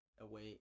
away